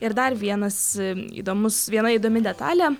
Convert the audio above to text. ir dar vienas įdomus viena įdomi detalė